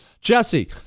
Jesse